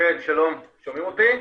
שאמרתי קודם.